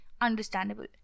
understandable